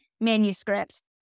manuscript